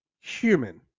human